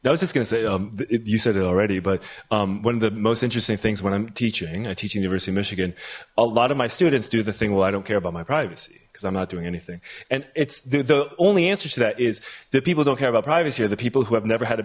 i was just gonna say it you said it already but one of the most interesting things when i'm teaching at each university of michigan a lot of my students do the thing well i don't care about my privacy because i'm not doing anything and it's the only answer to that is the people don't care about privacy are the people who have never had a